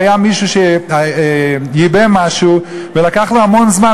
והיה מישהו שייבא משהו ולקח לו המון זמן,